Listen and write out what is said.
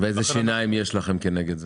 איזה שיניים יש לכם כנגד זה?